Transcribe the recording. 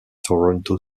toronto